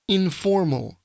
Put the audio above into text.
informal